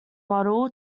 model